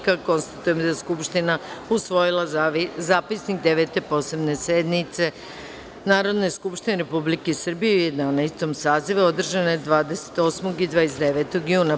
Konstatujem da je Skupština usvojila Zapisnik Devete Posebne sednice Narodne skupštine Republike Srbije u Jedanaestom sazivu, održane 28. i 29. juna 2017. godine.